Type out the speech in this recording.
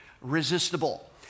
resistible